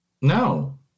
No